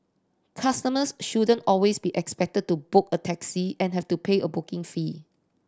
customers shouldn't always be expected to book a taxi and have to pay a booking fee